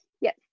Yes